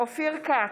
אופיר כץ,